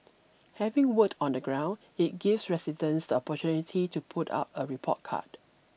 having worked on the ground it gives residents the opportunity to put out a report card